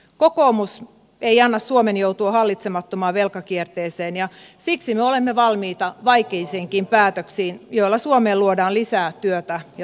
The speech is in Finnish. kokoomus ei anna suomen joutua hallitsemattomaan velkakierteeseen ja siksi me olemme valmiita vaikeisiinkin päätöksiin joilla suomeen luodaan lisää työtä ja toimeentuloa